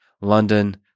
London